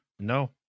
No